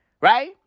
right